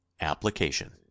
Application